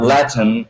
Latin